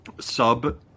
sub